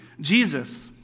Jesus